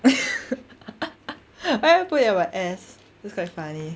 why would I put it on my ass it's quite funny